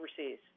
overseas